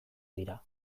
dira